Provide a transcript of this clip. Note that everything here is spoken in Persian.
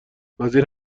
وزیر